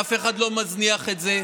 אף אחד לא מזניח את זה.